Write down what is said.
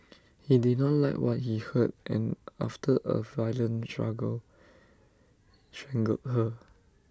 he did not like what he heard and after A violent struggle strangled her